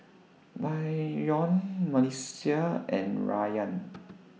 Bryon Melissia and Rayan